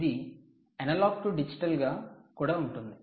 ఇది analogue to డిజిటల్గా కూడా ఉంటుంది